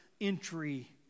entry